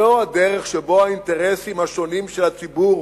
זו הדרך שבה האינטרסים השונים של הציבור,